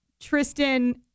Tristan